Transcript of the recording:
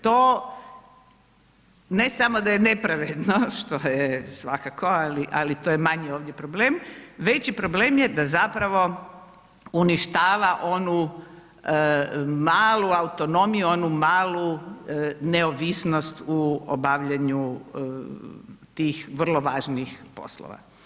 To ne samo da je nepravedno, što je svakako ali to je manje ovdje problem, veći problem je da zapravo uništava onu malu autonomiju, onu malu neovisnost u obavljanju tih vrlo važnih poslova.